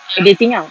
uh dating ah